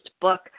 book